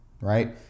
right